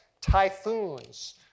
typhoons